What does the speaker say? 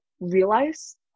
realize